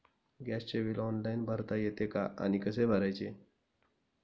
गॅसचे bill online भरता येते का आणि कसे भरायचे?